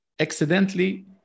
accidentally